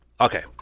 Okay